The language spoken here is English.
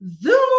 zoom